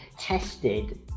tested